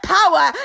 power